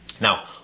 Now